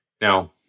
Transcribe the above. Now